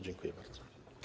Dziękuję bardzo.